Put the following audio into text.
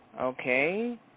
Okay